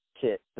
kit